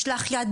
משלח יד